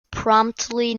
promptly